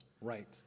Right